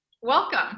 Welcome